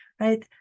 right